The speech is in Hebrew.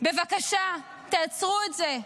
בבקשה, עצרו את זה.